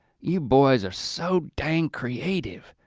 you boys are so dang creative,